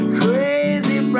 crazy